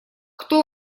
кто